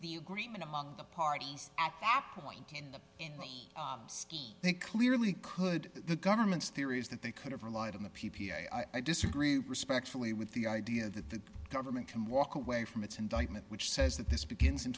the agreement among the parties at five point in the they clearly could the government's theory is that they could have relied on the p p i disagree respectfully with the idea that the government can walk away from its indictment which says that this begins in